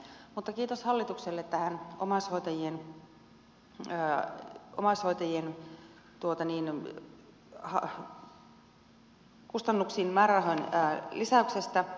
mutta kiitos hallitukselle omaishoidon määrärahojen lisäyksestä